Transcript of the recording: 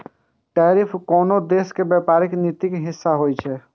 tariff कोनो देशक व्यापारिक नीतिक हिस्सा होइ छै